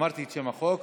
אמרתי את שם החוק.